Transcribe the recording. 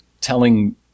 telling